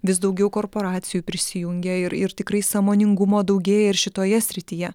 vis daugiau korporacijų prisijungia ir ir tikrai sąmoningumo daugėja ir šitoje srityje